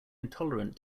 intolerant